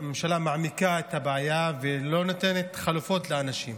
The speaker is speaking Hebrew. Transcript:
הממשלה מעמיקה את הבעיה ולא נותנת חלופות לאנשים.